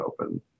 open